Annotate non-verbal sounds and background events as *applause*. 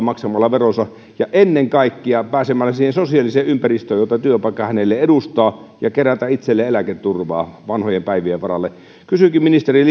*unintelligible* maksamalla veronsa ja ennen kaikkea pääsemällä siihen sosiaaliseen ympäristöön jota työpaikka hänelle edustaa ja kerää itselleen eläketurvaa vanhojen päivien varalle kysynkin ministeri *unintelligible*